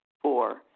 Four